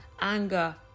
anger